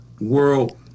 world